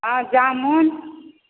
आ जामुन